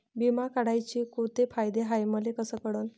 बिमा काढाचे कोंते फायदे हाय मले कस कळन?